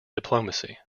diplomacy